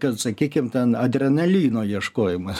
kad sakykim ten adrenalino ieškojimas